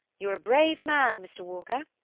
you're a brave man, mr. walker.